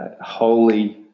holy